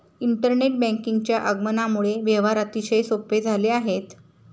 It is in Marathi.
इंटरनेट बँकिंगच्या आगमनामुळे व्यवहार अतिशय सोपे झाले आहेत